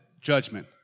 judgment